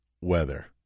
weather